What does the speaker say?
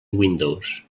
windows